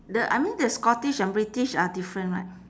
the I mean the scottish and british are different right